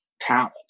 talent